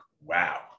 Wow